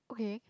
okay